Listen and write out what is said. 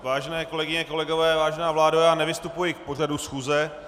Vážené kolegyně, kolegové, vážená vládo, já nevystupuji k pořadu schůze.